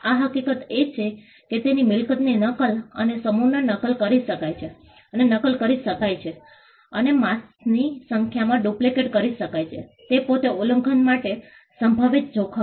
આ હકીકત એ છે કે તેની મિલકતની નકલ અને સમૂહમાં નકલ કરી શકાય છે અને નકલ કરી શકાય છે અને માસની સંખ્યામાં ડુપ્લિકેટ કરી શકાય છે તે પોતે ઉલ્લંઘન માટે સંભવિત જોખમ છે